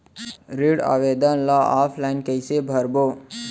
ऋण आवेदन ल ऑफलाइन कइसे भरबो?